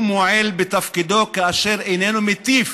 הוא מועל בתפקידו כאשר איננו מטיף,